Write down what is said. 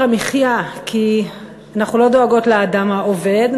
המחיה הן כי אנחנו לא דואגות לאדם העובד,